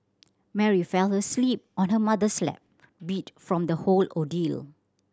Mary fell asleep on her mother's lap beat from the whole ordeal